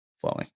flowing